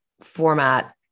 format